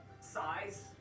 Size